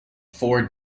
four